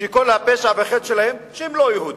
שכל הפשע והחטא שלהם שהם לא יהודים.